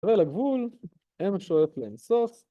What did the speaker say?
‫תראה לגבול: M שואף לאינסוף.